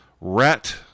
rat